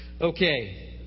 Okay